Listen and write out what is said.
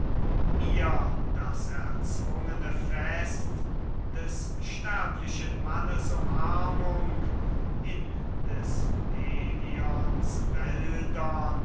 mir das erzwungene fest des sterblichen mannes umarmung in des pelions wäldern